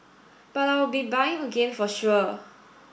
but I'll be buying again for sure